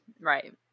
Right